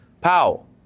Powell